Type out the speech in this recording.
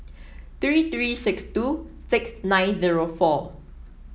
three three six two six nine zero four